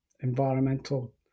environmental